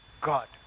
God